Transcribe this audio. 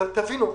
תבינו,